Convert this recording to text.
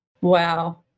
Wow